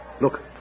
Look